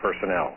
personnel